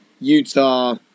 Utah